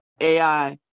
AI